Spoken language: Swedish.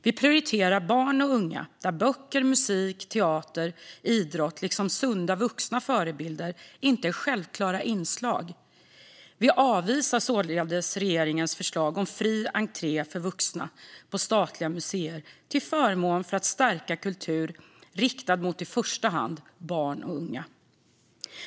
Vi prioriterar barn och unga, för vilka böcker, musik, teater, idrott och sunda vuxna förebilder inte är självklara inslag. Vi avvisar således regeringens förslag om fri entré för vuxna på statliga museer till förmån för att stärka kultur riktad mot i första hand barn och unga.